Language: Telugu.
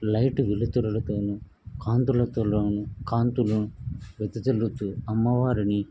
లైటు వెలుతురులతోను కాంతులతోను కాంతులను వెదజిల్లుతూ అమ్మవారిని